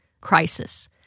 crisis